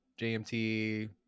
JMT